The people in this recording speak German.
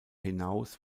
hinaus